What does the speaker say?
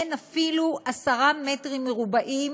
אין אפילו עשרה מטרים מרובעים